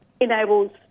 enables